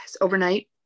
overnight